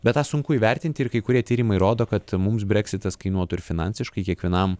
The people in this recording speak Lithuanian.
bet tą sunku įvertinti ir kai kurie tyrimai rodo kad mums breksitas kainuotų ir finansiškai kiekvienam